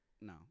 no